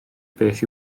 beth